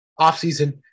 offseason